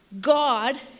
God